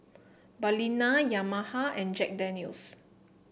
Balina Yamaha and Jack Daniel's